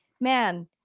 man